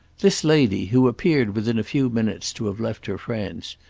this lady, who appeared within a few minutes to have left her friends,